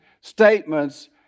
statements